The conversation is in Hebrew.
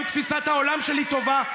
גם תפיסת העולם שלי טובה.